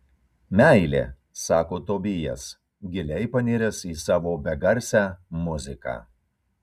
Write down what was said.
meilė sako tobijas giliai paniręs į savo begarsę muziką